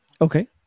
Okay